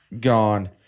Gone